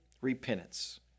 repentance